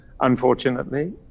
unfortunately